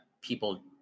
people